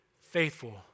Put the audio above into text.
Faithful